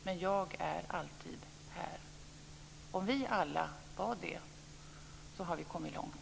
Men jag är alltid här. Om vi alla var det hade vi kommit långt.